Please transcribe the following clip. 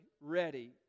ready